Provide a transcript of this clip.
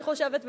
אני חושבת,